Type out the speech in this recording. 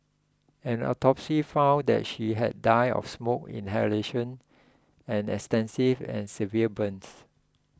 an autopsy found that she had died of smoke inhalation and extensive and severe burns